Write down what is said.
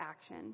action